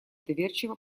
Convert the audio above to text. доверчиво